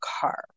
car